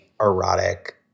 erotic